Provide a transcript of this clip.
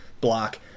block